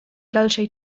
dalszej